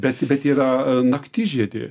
bet bet yra naktižiedė